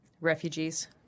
Refugees